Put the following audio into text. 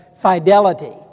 fidelity